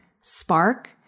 Spark